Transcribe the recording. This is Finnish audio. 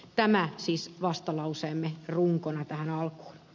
tämä siis vastalauseemme runkona tähän alkuun